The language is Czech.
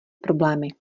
problémy